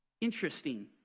interesting